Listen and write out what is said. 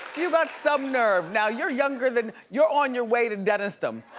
you got some nerve. now you're younger than, you're on your way to dennisdom.